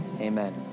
amen